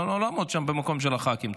לא לעמוד שם במקום של הח"כים.